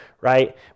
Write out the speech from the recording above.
right